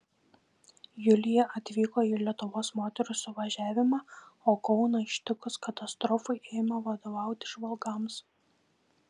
julija atvyko į lietuvos moterų suvažiavimą o kauną ištikus katastrofai ėmė vadovauti žvalgams